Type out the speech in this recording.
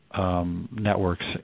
networks